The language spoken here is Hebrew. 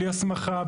בלי הסמכה,